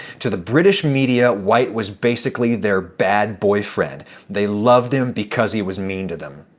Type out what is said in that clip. to the british media, white was basically their bad boyfriend they loved him because he was mean to them.